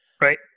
Right